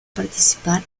participar